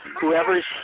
whoever's